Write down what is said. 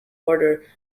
order